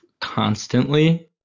constantly